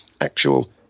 actual